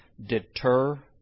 deter